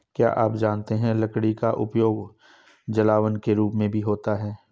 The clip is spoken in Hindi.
क्या आप जानते है लकड़ी का उपयोग जलावन के रूप में भी होता है?